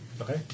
Okay